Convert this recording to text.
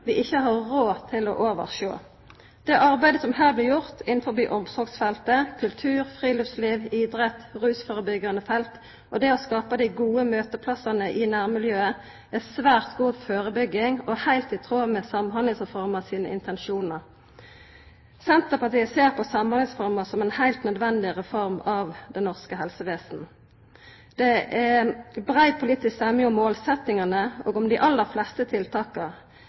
vi ikkje har råd til å oversjå. Det arbeidet som her blir gjort innanfor omsorgsfeltet, det rusførebyggjande feltet, kultur, friluftsliv og idrett, og det å skapa gode møteplassar i nærmiljøet, er svært god førebygging og heilt i tråd med intensjonane i Samhandlingsreforma. Senterpartiet ser på Samhandlingsreforma som ei heilt nødvendig reform av det norske helsevesenet. Det er brei politisk semje om målsetjingane, og om dei aller fleste tiltaka.